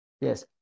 Yes